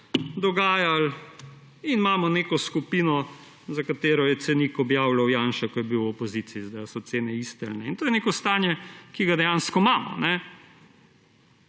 dogajalo in imamo neko skupino, za katero je cenik objavljal Janša, ko je bil v opoziciji. In to je neko stanje, ki ga dejansko imamo.